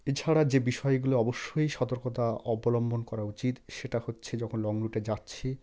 এছাড়া যে বিষয়গুলো অবশ্যই সতর্কতা অবলম্বন করা উচিত সেটা হচ্ছে যখন লং রুটে যাচ্ছি